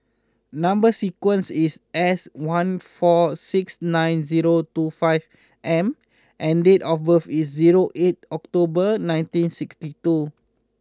number sequence is S one four six nine zero two five M and date of birth is zero eight October nineteen sixty two